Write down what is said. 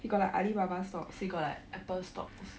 he got like Alibaba stocks he got like Apple stocks